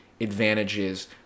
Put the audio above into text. advantages